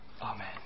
Amen